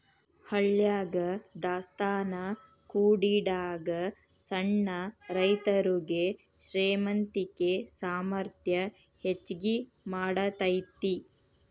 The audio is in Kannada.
ಹಳ್ಯಾಗ ದಾಸ್ತಾನಾ ಕೂಡಿಡಾಗ ಸಣ್ಣ ರೈತರುಗೆ ಶ್ರೇಮಂತಿಕೆ ಸಾಮರ್ಥ್ಯ ಹೆಚ್ಗಿ ಮಾಡತೈತಿ